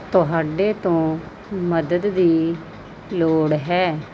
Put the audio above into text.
ਤੁਹਾਡੇ ਤੋਂ ਮਦਦ ਦੀ ਲੋੜ ਹੈ